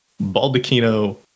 Baldacchino